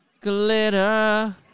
Glitter